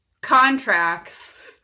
contracts